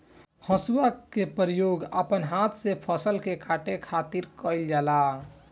हसुआ के प्रयोग अपना हाथ से फसल के काटे खातिर कईल जाला